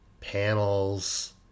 panels